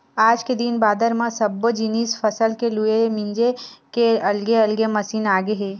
आज के दिन बादर म सब्बो जिनिस फसल के लूए मिजे के अलगे अलगे मसीन आगे हे